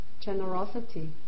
generosity